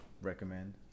recommend